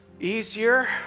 easier